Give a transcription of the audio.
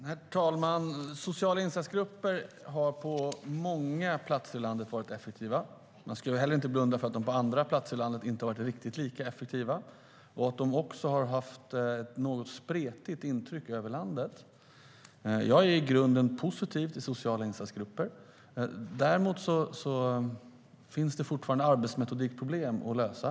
Herr talman! Sociala insatsgrupper har varit effektiva på många platser i landet. Men man ska inte blunda för att de inte har varit riktigt lika effektiva på andra platser i landet. De har också gett ett något spretigt intryck över landet. Jag är i grunden positiv till sociala insatsgrupper. Däremot finns det fortfarande arbetsmetodikproblem att lösa.